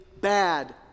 bad